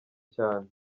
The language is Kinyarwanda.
cyane